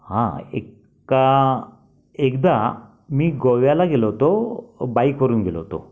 हा एक्का एकदा मी गोव्याला गेलो होतो बाईकवरून गेलो होतो